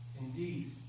Indeed